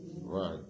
Right